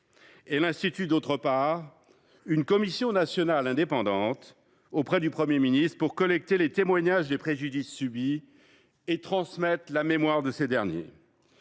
elle institue une commission nationale indépendante auprès du Premier ministre, afin de collecter les témoignages des préjudices subis et transmettre la mémoire de ces derniers.